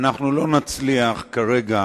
אנחנו לא נצליח כרגע